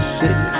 six